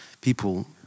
people